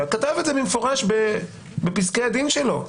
שכתב את זה במפורש בפסקי הדין שלו,